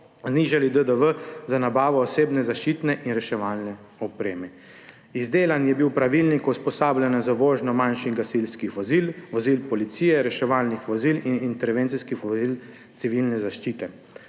nižali DDV za nabavo osebne zaščitne in reševalne opreme. Izdelan je bil pravilnik o usposabljanju za vožnjo manjših gasilskih vozil, vozil policije, reševalnih vozil in intervencijskih vozil civilne zaščite.